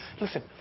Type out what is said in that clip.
Listen